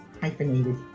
Hyphenated